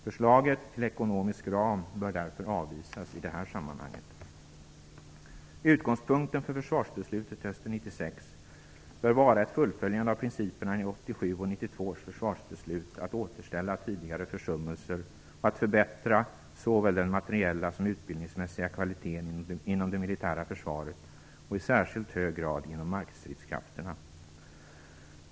Förslaget till ekonomisk ram bör därför avvisas i detta sammanhang. bör vara ett fullföljande av principerna i 1987 och 1992 års försvarsbeslut att återställa tidigare försummelser och att förbättra såväl den materiella som utbildningsmässiga kvaliteten inom det militära försvaret och i särskilt hög grad inom markstridskrafterna.